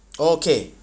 okay